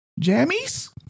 jammies